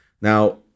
Now